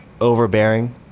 overbearing